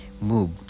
move